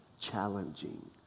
challenging